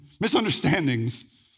misunderstandings